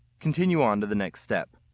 continue on to the next step.